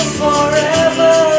forever